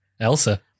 Elsa